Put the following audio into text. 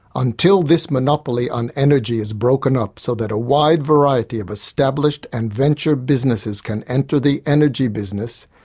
until this monopoly on energy is broken up, so that a wide variety of established and venture businesses can enter the energy business,